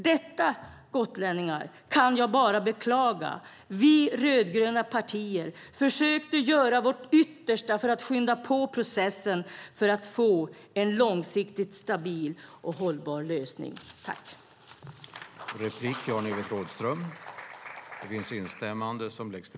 Det, gotlänningar, kan jag bara beklaga. Vi rödgröna partier försökte göra vårt yttersta för att skynda på processen och få en långsiktigt stabil och hållbar lösning. I detta anförande instämde Bengt Berg .